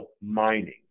mining